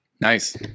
Nice